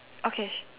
okay